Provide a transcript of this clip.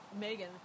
Megan